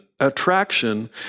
attraction